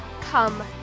Come